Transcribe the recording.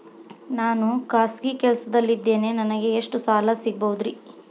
ನಾನು ಖಾಸಗಿ ಕೆಲಸದಲ್ಲಿದ್ದೇನೆ ನನಗೆ ಎಷ್ಟು ಸಾಲ ಸಿಗಬಹುದ್ರಿ?